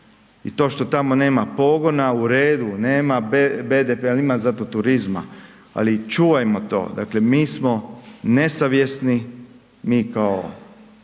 I to što tamo nema pogona, u redu, nema BDP-a, ali ima zato turizma, ali čuvajmo to. Dakle, mi smo nesavjesni, mi kao